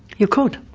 you could.